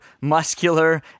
muscular